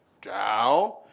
Down